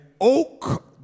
oak